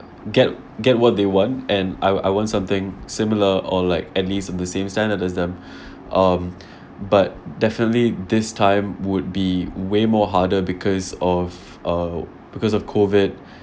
get get what they want and I I want something similar or like at least the same standard as them um but definitely this time would be way more harder because of uh because of COVID